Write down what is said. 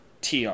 Tr